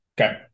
Okay